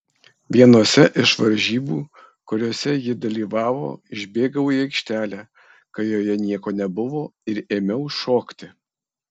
vienose iš varžybų kuriose ji dalyvavo išbėgau į aikštelę kai joje nieko nebuvo ir ėmiau šokti